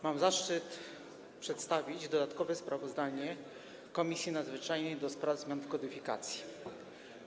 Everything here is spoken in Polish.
Mam zaszczyt przedstawić dodatkowe sprawozdanie Komisji Nadzwyczajnej do spraw zmian w kodyfikacjach.